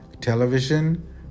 television